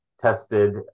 tested